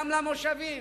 גם למושבים,